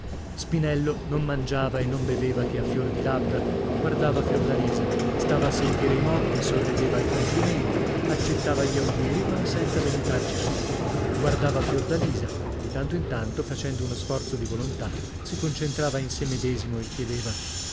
spinello non mangiava e non beveva che a fior di labbra guardava fiordalisa stava a sentire i motti sorrideva ai complimenti accettava gli augurii ma senza meditarci su guardava fiordalisa di tanto in tanto facendo uno sforzo di volontà si concentrava in sè medesimo e chiedeva